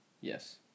Yes